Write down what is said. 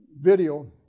video